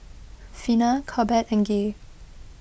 Vina Corbett and Gaye